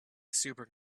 super